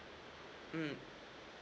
mm